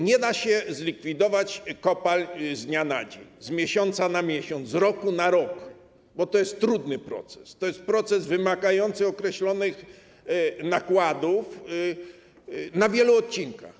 Nie da się zlikwidować kopalń z dnia na dzień, z miesiąca na miesiąc, z roku na rok, bo to jest trudny proces, to jest proces wymagający określonych nakładów na wielu odcinkach.